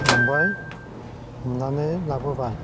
हमबाय हमनानै लाबोबाय